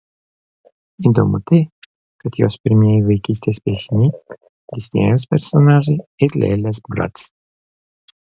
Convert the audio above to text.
įdomu tai kad jos pirmieji vaikystės piešiniai disnėjaus personažai ir lėlės brac